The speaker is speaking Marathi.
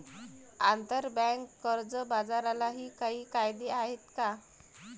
आंतरबँक कर्ज बाजारालाही काही कायदे आहेत का?